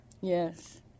Yes